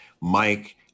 Mike